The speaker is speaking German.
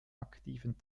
aktiven